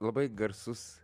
labai garsus